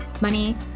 money